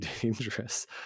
dangerous